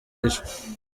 yishwe